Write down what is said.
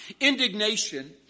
Indignation